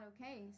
okay